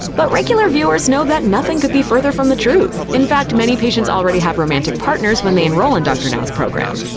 but regular viewers know that nothing could be farther from the truth. in fact, many patients already have romantic partners when they enroll in dr. now's program.